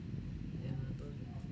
yeah lah don't